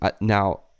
now